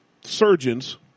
surgeons